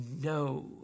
no